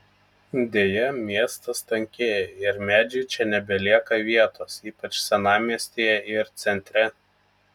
deja miestas tankėja ir medžiui čia nebelieka vietos ypač senamiestyje ir centre